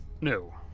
No